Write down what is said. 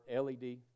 LED